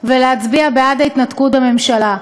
ולהצביע בעד ההתנתקות בממשלה.